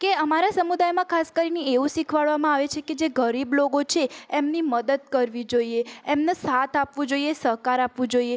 કે અમારા સમુદાયમાં ખાસ કરીને એવું શીખવાડવામાં આવે છે કે જે ગરીબ લોકો છે એમની મદદ કરવી જોઈએ એમને સાથ આપવો જોઈએ સહકાર આપવો જોઈએ